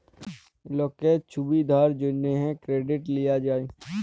লকের ছুবিধার জ্যনহে কেরডিট লিয়া যায়